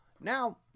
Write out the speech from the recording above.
Now